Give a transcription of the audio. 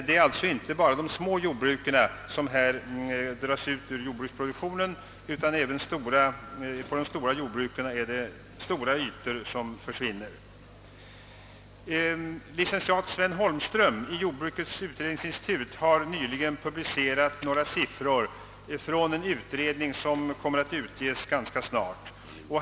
Det är alltså inte bara de små jordbruken som här dras ut ur jordbruksproduktionen utan även inom de stora jordbruken försvinner stora arealer. Licentiat Sven Holmström i jordbrukets utredningsinstitut har nyligen publicerat några siffror från en utredning som kommer att utges ganska snart.